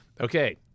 Okay